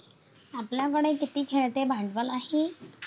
आपल्याकडे किती खेळते भांडवल आहे?